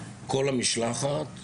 כל המשלחת,